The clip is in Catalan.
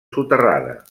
soterrada